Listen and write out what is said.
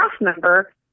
member